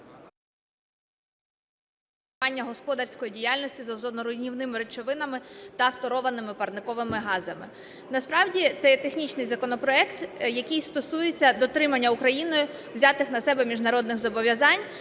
регулювання господарської діяльності з озоноруйнівними речовинами та фторованими парниковими газами". Насправді це є технічний законопроект, який стосується дотримання Україною взятих на себе міжнародних зобов'язань,